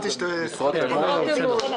משרות אמון.